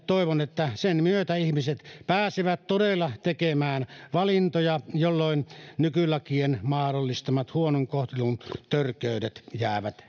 toivon että sen myötä ihmiset pääsevät todella tekemään valintoja jolloin nykylakien mahdollistamat huonon kohtelun törkeydet jäävät